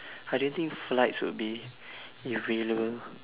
I don't think flights would be available